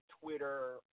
Twitter